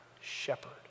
shepherd